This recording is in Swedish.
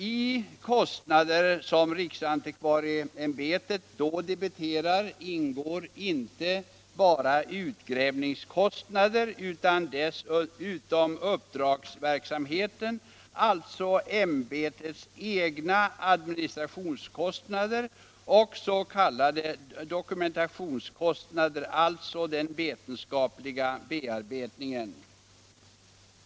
I de kostnader som riksantikvarieämbetet då debiterar ingår inte bara utgrävningskostnader utan Begränsning av dessutom uppdragsverksamheten, alltså ämbetets egna administrations — kyrkliga markförkostnader och s.k. dokumentationskostnader, dvs. kostnader för den = värv vetenskapliga bearbetningen.